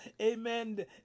amen